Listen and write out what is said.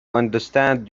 understand